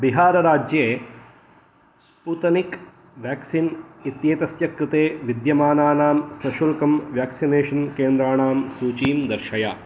बिहारराज्ये Sputnik vaccine इत्येतस्य कृते विद्यमानानां सशुल्कं व्याक्सिनेषन् केन्द्राणां सूचीं दर्शय